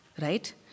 right